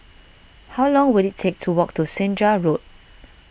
how long will it take to walk to Senja Road